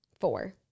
Four